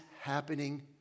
happening